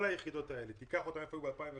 כל היחידות האלה, תראה היכן הן היו ב-2015